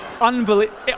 unbelievable